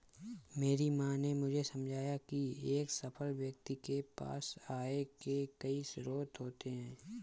मेरी माँ ने मुझे समझाया की एक सफल व्यक्ति के पास आय के कई स्रोत होते हैं